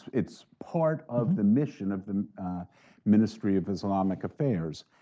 it's part of the mission of the ministry of islamic affairs.